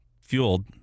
fueled